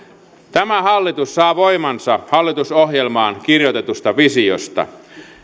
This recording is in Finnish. tämä hallitus saa voimansa hallitusohjelmaan kirjoitetusta visiosta